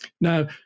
Now